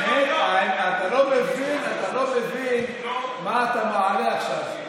האמת, אתה לא מבין מה אתה מעלה עכשיו.